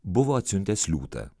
buvo atsiuntęs liūtą